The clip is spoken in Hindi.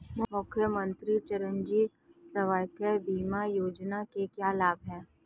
मुख्यमंत्री चिरंजी स्वास्थ्य बीमा योजना के क्या लाभ हैं?